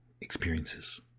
experiences